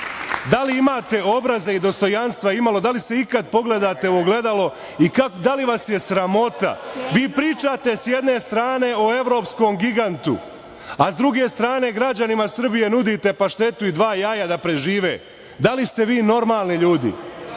li imate obraza i dostojanstva imalo? Da li se vi ikada pogledate u ogledalo i da li vas je sramota? Vi pričate sa jedne strane o evropskom gigantu, a s druge strane građanima Srbije nudite paštetu i dva jaja da prežive. Da li ste vi normalni, ljudi?